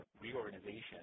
reorganization